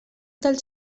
dels